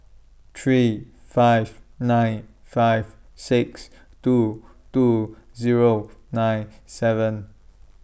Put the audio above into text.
three five nine five six two two Zero nine seven